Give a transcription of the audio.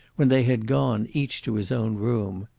when they had gone, each to his own room.